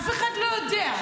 אף אחד לא יודע.